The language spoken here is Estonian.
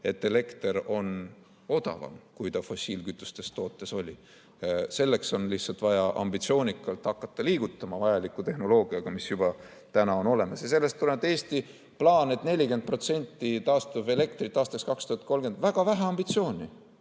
et elekter on odavam, kui ta fossiilkütustest tootes oli. Selleks on lihtsalt vaja ambitsioonikalt hakata liigutama vajaliku tehnoloogiaga, mis juba täna on olemas. Sellest tulenevalt on Eesti plaanis, et 40% taastuvelektrit aastaks 2030, väga vähe ambitsiooni.